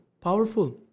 powerful